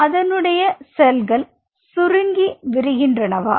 அதனுடைய செல்கள் சுருங்கி விரிகின்றனவா